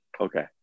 Okay